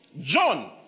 John